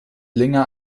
länger